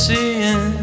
Seeing